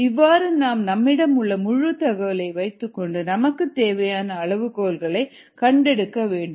இவ்வாறு நாம் நம்மிடமுள்ள முழு தகவலை வைத்துக்கொண்டு நமக்குத் தேவையான அளவுகோல்களை கண்டெடுக்க வேண்டும்